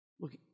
Look